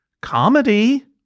comedy